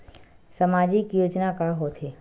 सामाजिक योजना का होथे?